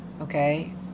Okay